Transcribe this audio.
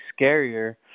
scarier